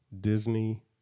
Disney